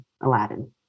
Aladdin